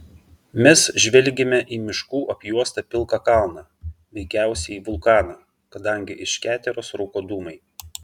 mes žvelgėme į miškų apjuostą pilką kalną veikiausiai vulkaną kadangi iš keteros rūko dūmai